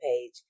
page